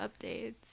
updates